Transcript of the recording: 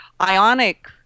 ionic